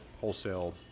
wholesale